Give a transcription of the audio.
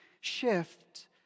shift